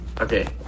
okay